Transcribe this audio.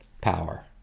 power